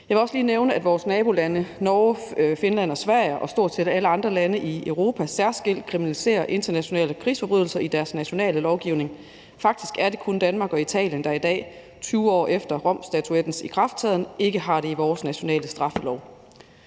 Jeg vil også lige nævne, at vores nabolande – Norge, Finland og Sverige – og stort set alle andre lande i Europa særskilt kriminaliserer internationale krigsforbrydelser i deres nationale lovgivning. Faktisk er det kun Danmark og Italien, der i dag, 20 år efter Romstatuttens ikrafttræden, ikke har det i den nationale straffelov.